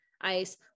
ice